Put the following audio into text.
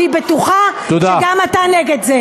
אני בטוחה שגם אתה נגד זה.